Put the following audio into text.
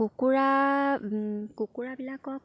কুকুৰা কুকুৰাবিলাকক